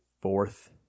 fourth